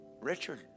Richard